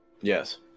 yes